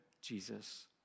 Jesus